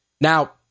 Now